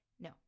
No